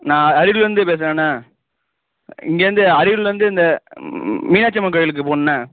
நான் அரியலூர்லேருந்து பேசுகிறேண்ண இங்கேருந்து அரியலூர்லேருந்து இந்த மீனாட்சியம்மன் கோயிலுக்கு போகணுண்ண